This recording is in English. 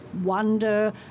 wonder